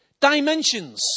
dimensions